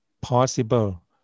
possible